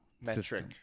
metric